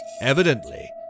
Evidently